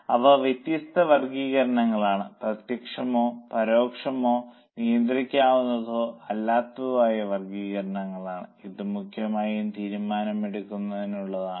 അവ വ്യത്യസ്ത വർഗ്ഗീകരണങ്ങളാണ് പ്രത്യക്ഷമോ പരോക്ഷമായതോ നിയന്ത്രിക്കാവുന്നതോ അല്ലാത്തതോ ആയ വർഗ്ഗീകരണങ്ങളാണ് ഇത് മുഖ്യമായും തീരുമാനമെടുക്കുന്നതിനുള്ളതാണ്